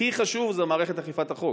הכי חשוב זה מערכת אכיפת החוק.